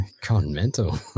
continental